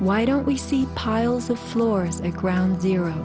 why don't we see piles of floors and ground zero